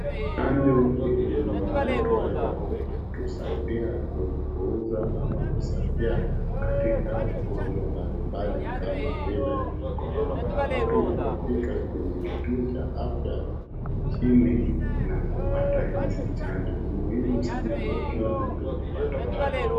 Chanjo ililetwa ya kutusaidia kupuuza ama kusaidia katika ugonjwa mbalimbali kama vile korona. Watu wamefika kwenye kituo cha afya nchini na kupata hizi chanjo. Ni muhimu sana kwa kila mtu kupata chanjo.